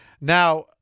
Now